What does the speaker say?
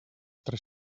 tres